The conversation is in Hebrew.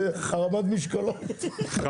זה הרמת משקולות (צוחק).